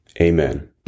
Amen